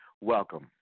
welcome